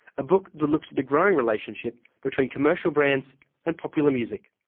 a book that looks at the growing relationship between commercial brands and popular music.